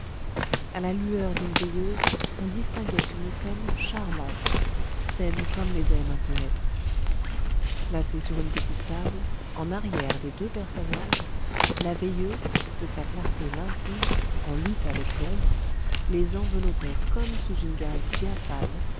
a la lueur d'une veilleuse on distinguait une scène charmante scène comme les aime un poëte placée sur une petite table en arrière des deux personnages la veilleuse de sa clarté limpide en lutte avec l'ombre les enveloppait comme sous une gaze diaphane